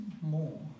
more